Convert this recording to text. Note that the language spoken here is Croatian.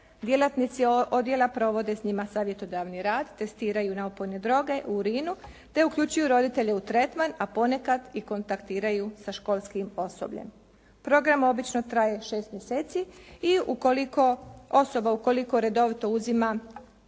djelatnici odjela provode s njima savjetodavni rad, testiraju na opojne droge u urinu, te uključuju roditelje u tretman, a ponekad i kontaktiraju sa školskim osobljem. Program obično traje 6 mjeseci i ukoliko, osoba ukoliko redovito uzima,